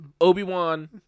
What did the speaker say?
Obi-Wan